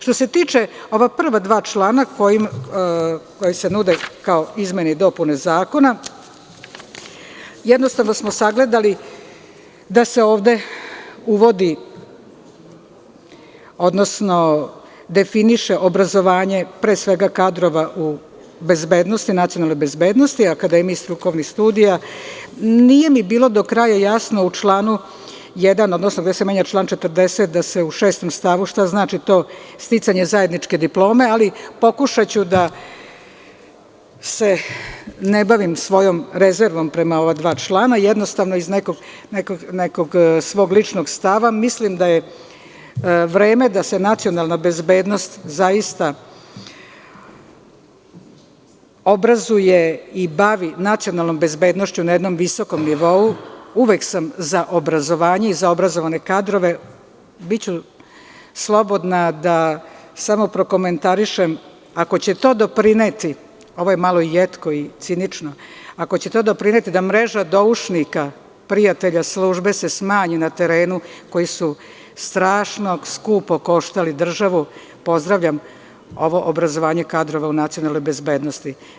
Što se tiče ova prva dva člana, a nude se kao izmene i dopune zakona, jednostavno smo sagledali da se ovde uvodi, odnosno definiše obrazovanje, pre svega kadrova u nacionalnoj bezbednosti, a kada ima i strukovnih studija, nije mi bilo do kraja jasno u članu 1. odnosno gde se menja član 40. da se u šestom stavu, šta znači to sticanje zajedničke diplome, ali pokušaću da se ne bavim svojom rezervom prema ova dva člana, iz nekog svog ličnog stava i mislim da je vreme da se nacionalna bezbednost zaista obrazuje i bavi nacionalnom bezbednošću na jednom visokom nivou i uvek sam za obrazovanje i za obrazovane kadrove, pa ću biti slobodna da prokomentarišem, ako će to doprineti, ovo je malo jetko i cinično, da mreža doušnika prijatelja službe se smanji na terenu koji su strašno skupo koštali državu, pozdravljam ovo obrazovanje kadrova u nacionalnoj bezbednosti.